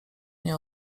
nie